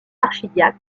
archidiacre